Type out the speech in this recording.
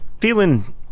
feeling